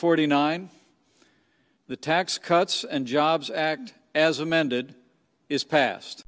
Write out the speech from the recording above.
forty nine the tax cuts and jobs act as amended is pas